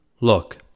look